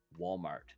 Walmart